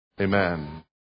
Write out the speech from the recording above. Amen